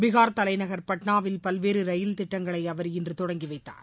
பீஹா் தலைநகர் பட்னாவில் பல்வேறு ரயில் திட்டங்களை அவர் இன்று தொடங்கி வைத்தார்